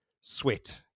Sweat